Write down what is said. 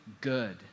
good